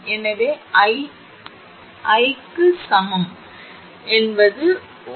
எனவே 𝑖 equal க்கு சமம் point ′ என்பது 𝜔 0